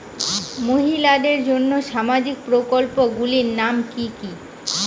মহিলাদের জন্য সামাজিক প্রকল্প গুলির নাম কি কি?